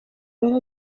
wera